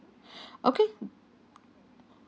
okay